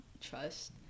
trust